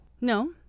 No